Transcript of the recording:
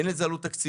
אין לזה עלו תקציבית,